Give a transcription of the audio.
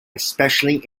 especially